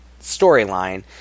storyline